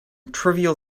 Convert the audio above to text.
trivial